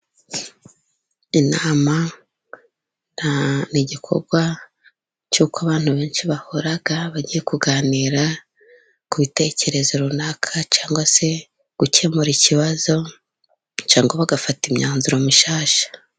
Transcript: Inama ni igikorwa cy'uko abantu benshi bahura bagiye kuganira ku bitekerezo runaka, cyangwa se gukemura ikibazo, cyangwa bagafata imyanzuro mishyashya.